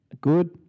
good